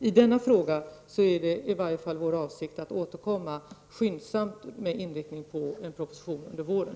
I denna fråga är det i alla fall vår avsikt att återkomma skyndsamt med inriktning på en proposition under våren.